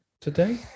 today